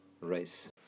race